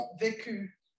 vécu